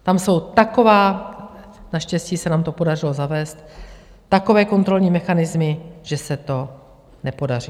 Tam jsou takové naštěstí se nám to podařilo zavést takové kontrolní mechanismy, že se to nepodaří.